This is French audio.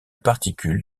particule